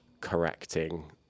correcting